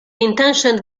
intention